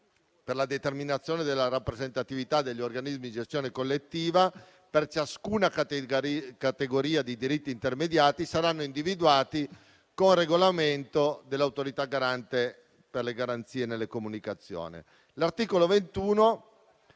per la determinazione della rappresentatività degli organismi di gestione collettiva, per ciascuna categoria di diritti intermediati, saranno individuati con regolamento dell'Autorità per le garanzie nelle comunicazioni.